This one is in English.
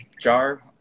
jar